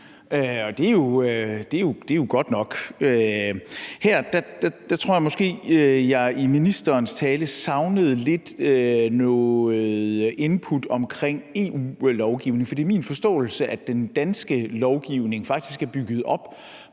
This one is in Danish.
hr. Carl Valentin. Her tror jeg måske, at jeg i ministerens tale lidt savnede noget input omkring EU-lovgivning, for det er min forståelse, at den danske lovgivning faktisk er bygget op